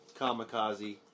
Kamikaze